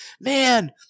Man